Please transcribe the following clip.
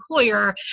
employer